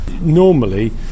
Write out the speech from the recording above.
Normally